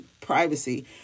privacy